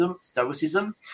Stoicism